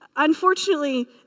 Unfortunately